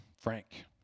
Frank